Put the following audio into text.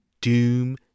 doom